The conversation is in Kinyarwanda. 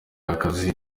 akazi